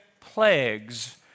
plagues